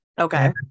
Okay